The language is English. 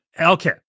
Okay